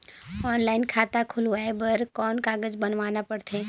Online खाता खुलवाय बर कौन कागज बनवाना पड़थे?